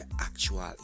actual